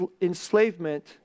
enslavement